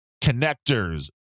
connectors